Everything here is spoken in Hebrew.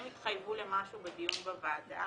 הם התחייבו למשהו בדיון בוועדה